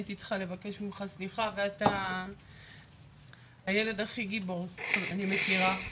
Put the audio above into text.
הייתי צריכה לבקש ממך סליחה ואתה הילד הכי גיבור שאני מכירה,